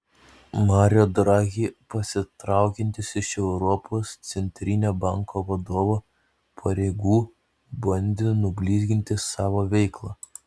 mario draghi pasitraukiantis iš europos centrinio banko vadovo pareigų bandė nublizginti savo veiklą